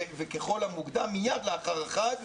או לכל המאוחר מיד לאחר החג,